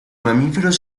mamíferos